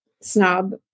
snob